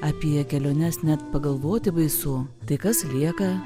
apie keliones net pagalvoti baisu tai kas lieka